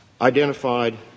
identified